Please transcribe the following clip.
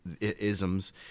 isms